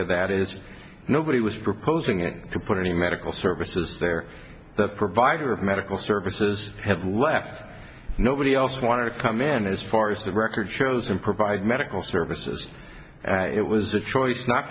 of that is nobody was proposing it to put any medical services there the provider of medical services have left nobody else wanted to come in as far as the record shows and provide medical services it was a choice not